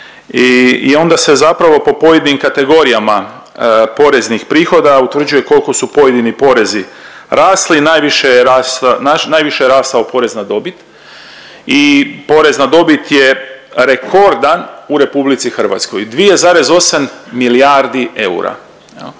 I onda se zapravo po pojedinim kategorijama poreznih prihoda utvrđuje koliko su pojedini porezi rasli. Najviše je ras… najviše je rasao porez na dobit i porez na dobit je rekordan u RH. 2,8 milijardi eura